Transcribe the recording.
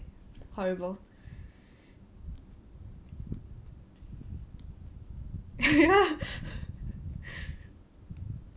horrible ya